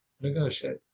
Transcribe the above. Negotiate